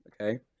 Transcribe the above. okay